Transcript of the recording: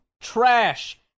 Trash